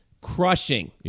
crushing